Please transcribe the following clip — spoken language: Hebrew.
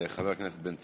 חבר הכנסת בן צור,